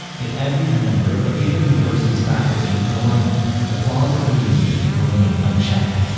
if every member of a given university's faculty is in alignment, the flaws in their reasoning will remain unchecked.